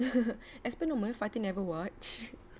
as per normal fatin never watch